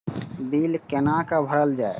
Bill कैना भरल जाय?